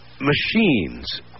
Machines